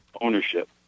ownership